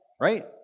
right